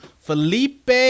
Felipe